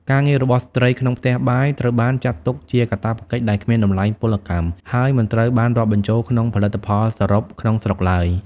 ការងាររបស់ស្ត្រីក្នុងផ្ទះបាយ ត្រូវបានចាត់ទុកជាកាតព្វកិច្ចដែលគ្មានតម្លៃពលកម្ម ហើយមិនត្រូវបានរាប់បញ្ចូលក្នុងផលិតផលសរុបក្នុងស្រុកឡើយ។